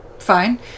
fine